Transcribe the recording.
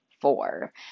four